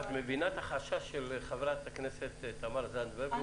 --- את מבינה את החשש של חברת הכנסת תמר זנדברג?